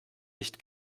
nicht